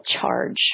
charge